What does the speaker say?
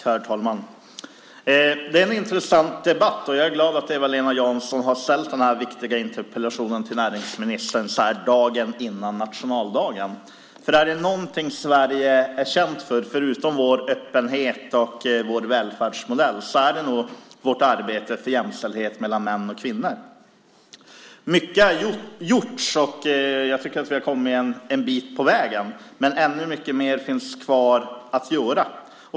Herr talman! Det är en intressant debatt. Och jag är glad över att Eva-Lena Jansson har ställt denna viktiga interpellation till näringsministern så här dagen före nationaldagen. Om det är någonting som Sverige är känt för, förutom vår öppenhet och vår välfärdsmodell, så är det nog vårt arbete för jämställdhet mellan män och kvinnor. Mycket har gjorts, och jag tycker att vi har kommit en bit på väg. Men det finns mycket kvar att göra.